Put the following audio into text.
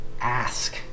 ask